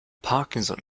parkinson